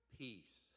peace